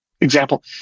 example